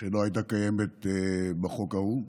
שלא הייתה קיימת בחוק ההוא,